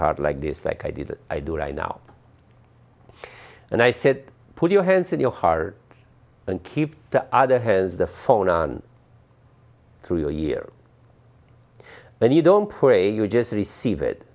heart like this like i did i do right now and i said put your hands in your heart and keep the other hands the phone on through the years when you don't pray you just